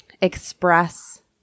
express